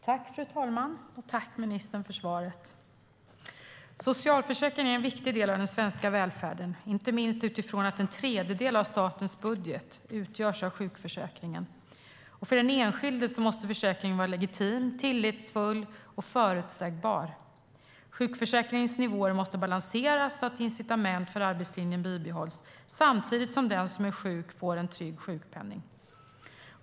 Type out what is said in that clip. Fru talman! Tack, ministern, för svaret! Socialförsäkringen är en viktig del av den svenska välfärden, inte minst utifrån att en tredjedel av statens budget utgörs av sjukförsäkringen. För den enskilde måste försäkringen inge tillit och vara legitim och förutsägbar. Sjukförsäkringens nivåer måste balanseras så att incitament för arbetslinjen bibehålls, samtidigt som den som är sjuk får en trygg sjukpenning.